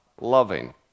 loving